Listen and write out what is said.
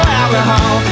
alcohol